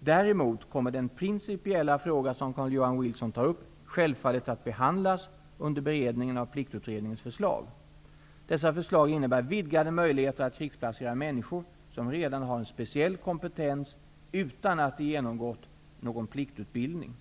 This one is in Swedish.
Däremot kommer den principiella fråga som Carl-Johan Wilson tar upp självfallet att behandlas under beredningen av Pliktutredningens förslag. Dessa förslag innebär vidgade möjligheter att krigsplacera människor som redan har en speciell kompetens utan att de genomgått någon pliktutbildning.